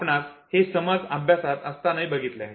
आपण हे समज अभ्यासात असतानाही बघितले आहे